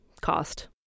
cost